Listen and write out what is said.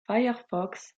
firefox